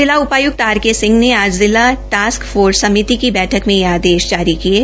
जिला उपाय्क्त R K Singh ने आज जिला टास्क फोर्स समिति की बैठक यह आदेश जारी किये